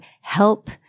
help